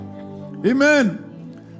Amen